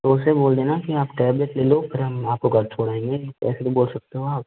तो उसे बोल देना कि आप टैबलेट ले लो फिर हम आपको घर छोड़ आएंगे ऐसे तो बोल सकते हो आप